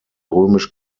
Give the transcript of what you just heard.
römisch